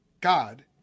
God